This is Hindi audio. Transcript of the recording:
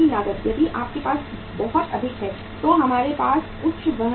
यदि आपके पास बहुत अधिक है तो हमारे पास उच्च वहन लागत है